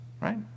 right